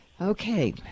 Okay